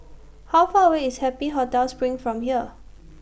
How Far away IS Happy Hotel SPRING from here